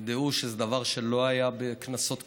דעו שזה דבר שלא היה בכנסות קודמות,